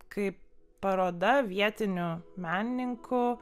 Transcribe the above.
kaip paroda vietinių menininkų